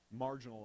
marginalized